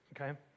okay